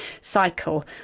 cycle